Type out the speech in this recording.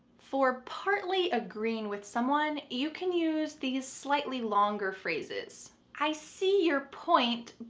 for partly agreeing with someone, you can use these slightly longer phrases. i see your point,